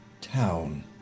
town